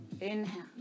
Inhale